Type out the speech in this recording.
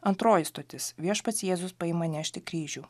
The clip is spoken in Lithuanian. antroji stotis viešpats jėzus paima nešti kryžių